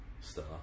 star